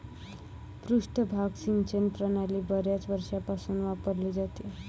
पृष्ठभाग सिंचन प्रणाली बर्याच वर्षांपासून वापरली जाते